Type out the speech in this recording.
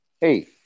Hey